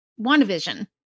WandaVision